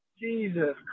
Jesus